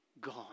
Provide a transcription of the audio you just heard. gone